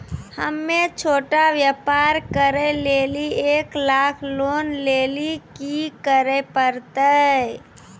हम्मय छोटा व्यापार करे लेली एक लाख लोन लेली की करे परतै?